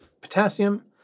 potassium